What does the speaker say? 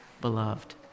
beloved